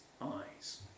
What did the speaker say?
eyes